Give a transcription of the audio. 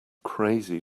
crazy